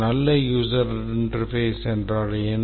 நல்ல user interface என்றால் என்ன